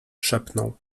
szepnął